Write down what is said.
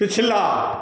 पिछला